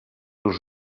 els